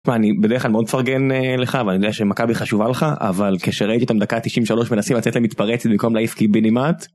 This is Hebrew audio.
אני בדרך כלל מאוד מפרגן לך ואני יודע שמכבי חשובה לך, אבל כשראיתי אותם דקה 93 מנסים לצאת למתפרצת במקום להעיף קיבינימט.